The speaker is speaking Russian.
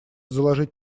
заложить